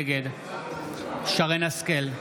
נגד שרן מרים השכל,